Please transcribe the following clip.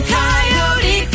Coyote